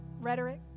rhetoric